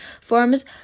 forms